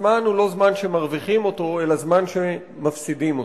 הזמן הוא לא זמן שמרוויחים אותו אלא זמן שמפסידים אותו.